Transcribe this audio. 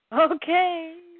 Okay